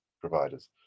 providers